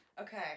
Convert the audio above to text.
Okay